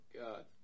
God